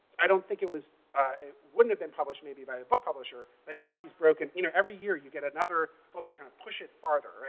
i don't think it was it wouldn't have been published maybe by a book publisher, but now she's broken you know, every year you get another book to kind of push it farther.